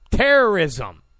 Terrorism